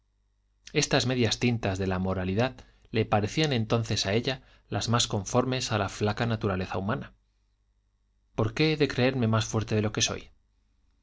estas medias tintas de la moralidad le parecían entonces a ella las más conformes a la flaca naturaleza humana por qué he de creerme más fuerte de lo que soy